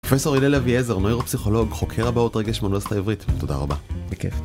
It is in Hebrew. פרופסור הלל אביעזר, נוירופסיכולוג, חוקר הבעות רגש מהאוניברסיטה העברית, תודה רבה, בכיף.